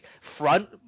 front